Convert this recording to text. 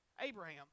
Abraham